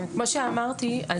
כמו שאמרתי,